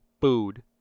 food